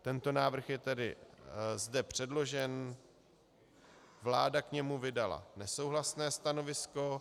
Tento návrh je tedy zde předložen, vláda k němu vydala nesouhlasné stanovisko.